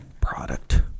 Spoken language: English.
product